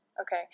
Okay